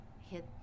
Hit